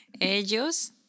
Ellos